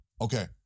Okay